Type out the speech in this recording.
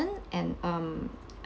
and um